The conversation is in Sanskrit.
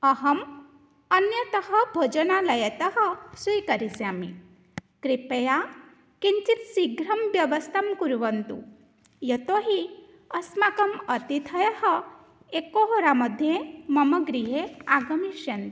अहम् अन्यतः भोजनालयतः स्वीकरिष्यामि कृपया किञ्चित् शीघ्रं व्यवस्थां कुर्वन्तु यतो हि अस्माकम् अतिथयः एकहोरामध्ये मम गृहे आगमिष्यन्ति